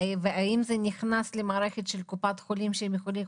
האם זה נכנס למערכת של קופת חולים שהם יכולים לראות,